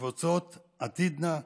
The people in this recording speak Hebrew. וקבוצות עתידנא,